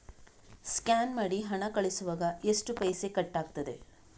Scan ಮಾಡಿ ಹಣ ಕಳಿಸುವಾಗ ಎಷ್ಟು ಪೈಸೆ ಕಟ್ಟಾಗ್ತದೆ?